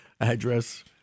address